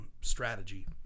strategy